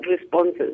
responses